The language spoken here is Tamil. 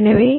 எனவே